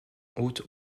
haute